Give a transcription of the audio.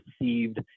received